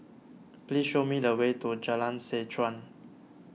please show me the way to Jalan Seh Chuan